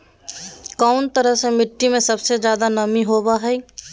कौन तरह के मिट्टी में सबसे जादे नमी होबो हइ?